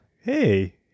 Hey